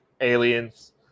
Aliens